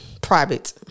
private